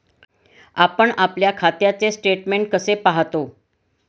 आपण आपल्या खात्याचे स्टेटमेंट कसे पाहतो?